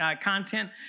content